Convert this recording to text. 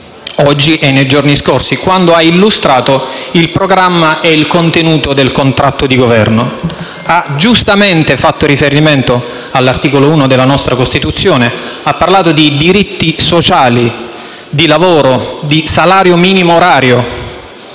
spiegato nei giorni scorsi, quando ha illustrato il programma e il contenuto del contratto di Governo. Ha giustamente fatto riferimento all'articolo 1 della nostra Costituzione. Ha parlato di diritti sociali, di lavoro, di salario minimo orario: